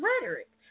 rhetoric